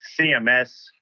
CMS